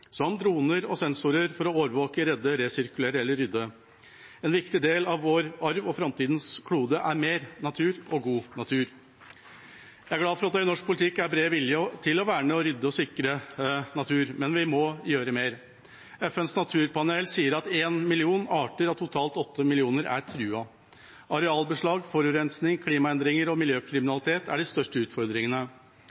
som droner og sensorer, for å overvåke, redde, resirkulere eller rydde. En viktig del av vår arv og framtidas klode er mer natur – og god natur. Jeg er glad for at det i norsk politikk er bred vilje til å verne, rydde og sikre natur, men vi må gjøre mer. FNs naturpanel sier at én million arter av totalt åtte millioner er truet. Arealbeslag, forurensning, klimaendringer og